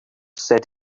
said